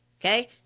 Okay